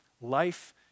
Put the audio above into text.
Life